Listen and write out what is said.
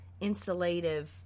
insulative